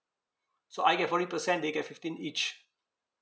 so I get forty percent they get fifteen each